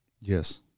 Yes